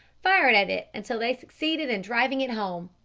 fired at it until they succeeded in driving it home.